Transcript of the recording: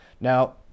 now